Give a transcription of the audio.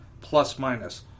plus-minus